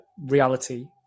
reality